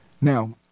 Now